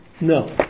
No